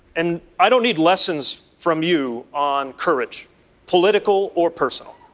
and i don't need lessons from you on courage political or personal.